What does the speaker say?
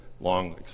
Long